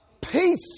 peace